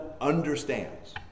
understands